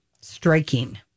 striking